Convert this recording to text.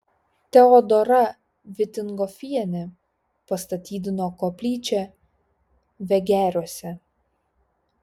teodora vitingofienė pastatydino koplyčią vegeriuose